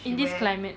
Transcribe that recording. in this climate